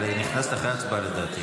לדעתי, נכנסת אחרי ההצבעה.